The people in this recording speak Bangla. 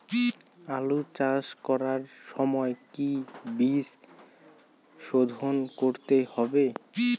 আলু চাষ করার সময় কি বীজ শোধন করতে হবে?